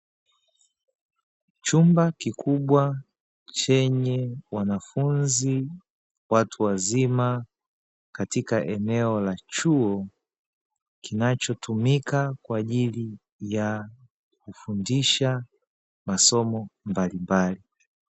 Chumba kikubwa, chenye wanafunzi watu wazima katika eneo la chuo, kinachotumika kwa ajili ya kufundisha masomo mbalimbali.